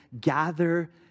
gather